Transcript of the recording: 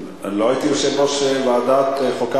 אני לא הייתי יושב-ראש ועדת החוקה,